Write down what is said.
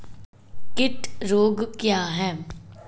कीट रोग क्या है?